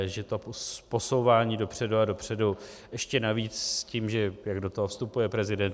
Že to posouvání dopředu a dopředu, ještě navíc s tím, jak do toho vstupuje prezident.